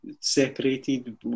separated